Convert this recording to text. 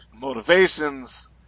motivations